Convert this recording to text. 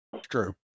true